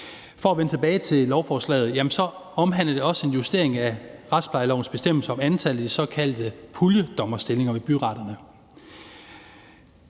For at vende tilbage til lovforslaget omhandler det også en justering af retsplejelovens bestemmelse om antallet af de såkaldte puljedommerstillinger ved byretterne.